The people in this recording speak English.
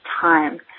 time